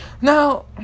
Now